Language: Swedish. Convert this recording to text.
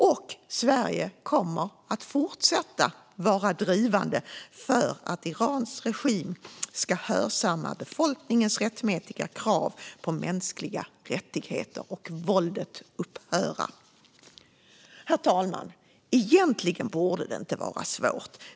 Och Sverige kommer att fortsätta vara drivande för att Irans regim ska hörsamma befolkningens rättmätiga krav på mänskliga rättigheter och på att våldet ska upphöra. Herr talman! Egentligen borde det inte var svårt.